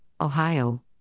Ohio